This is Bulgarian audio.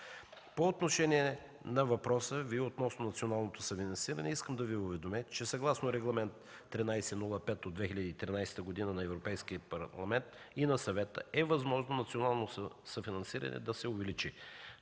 По отношение на въпроса Ви относно националното съфинансиране, искам да Ви уведомя, че съгласно Регламент 1305/2013 на Европейския парламент и на Съвета е възможно националното съфинансиране да се увеличи.